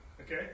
Okay